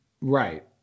Right